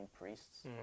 priests